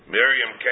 Miriam